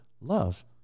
love